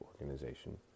organization